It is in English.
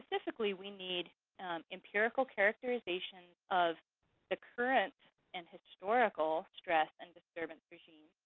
specifically, we need empirical characterizations of the current and historical stress and disturbance regimes,